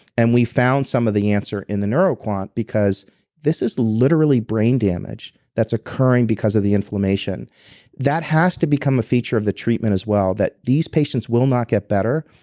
and we found some of the answer in the neuroquant because this is literally brain damage that's occurring because of the inflammation that has to become a feature of the treatment as well. that these patients will not get better.